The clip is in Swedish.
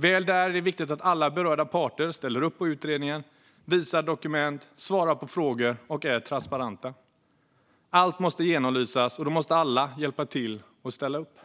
Väl där är det viktigt att alla berörda parter ställer upp på utredningen, visar dokument, svarar på frågor och är transparenta. Allt måste genomlysas, och då måste alla hjälpa till och ställa upp.